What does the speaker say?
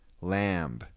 lamb